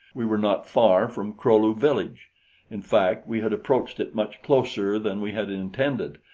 we were not far from kro-lu village in fact, we had approached it much closer than we had intended,